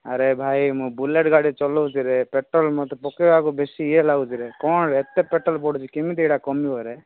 ଆରେ ଭାଇ ମୁଁ ବୁଲେଟ୍ ଗାଡ଼ି ଚଲଉଛିରେ ପେଟ୍ରୋଲ୍ ମୋତେ ପାକେବାକୁ ବେଶୀ ଇଏ ଲାଗୁଛିରେ କ'ଣ ଏତେ ପେଟ୍ରୋଲ୍ ପଡ଼ୁଛି କିମିତି ଏଇଟା କମିବରେ